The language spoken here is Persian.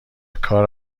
کار